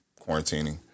quarantining